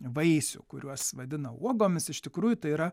vaisių kuriuos vadina uogomis iš tikrųjų tai yra